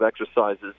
exercises